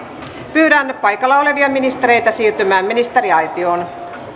pyydän paikalla olevia ministereitä siirtymään ministeriaitioon